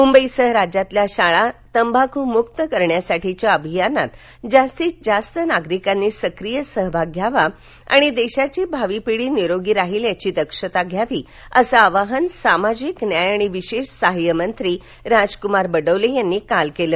मुंबईसह राज्यातील शाळा तंबाखूमुक्त करण्यासाठीच्या अभियानात जास्तीत जास्त नागरिकांनी सक्रिय सहभाग घ्यावा आणि देशाची भावी पिढी निरोगी राहील याची दक्षता घ्यावी असं आवाहन सामाजिक न्याय आणि विशेष सहाय्यमंत्री राजकुमार बडोले यांनी काल केलं